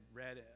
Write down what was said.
read